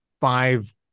five